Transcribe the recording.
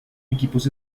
equipos